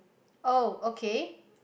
oh okay